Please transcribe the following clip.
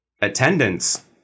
attendance